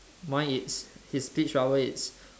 mine it's his speech bubble it's